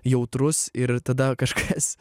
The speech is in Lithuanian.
jautrus ir tada kažkas